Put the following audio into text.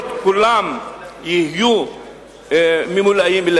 שהמקומות כולם יהיו מלאים.